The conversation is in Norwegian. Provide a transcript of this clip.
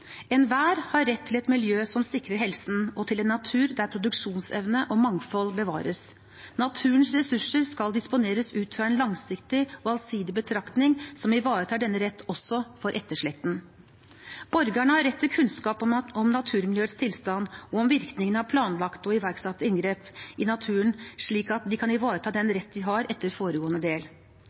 har rett til et miljø som sikrer helsen, og til en natur der produksjonsevne og mangfold bevares. Naturens ressurser skal disponeres ut fra en langsiktig og allsidig betraktning som ivaretar denne rett også for etterslekten. Borgerne har rett til kunnskap om naturmiljøets tilstand og om virkningene av planlagte og iverksatte inngrep i naturen, slik at de kan ivareta den rett de har etter foregående